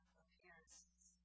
appearances